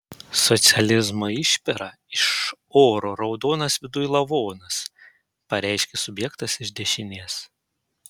socializmo išpera iš oro raudonas viduj lavonas pareiškė subjektas iš dešinės